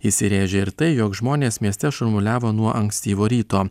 įsirėžė ir tai jog žmonės mieste šurmuliavo nuo ankstyvo ryto